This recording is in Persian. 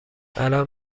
الان